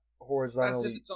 horizontally